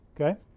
okay